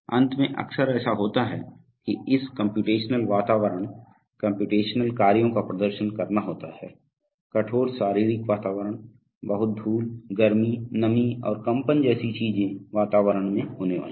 अंत में अक्सर ऐसा होता है कि इस कम्प्यूटेशनल वातावरण कम्प्यूटेशनल कार्यों को प्रदर्शन करना होता है कठोर शारीरिक वातावरण बहुत धूल गर्मी नमी और कंपन जैसी चीजें वातावरण में होने वाले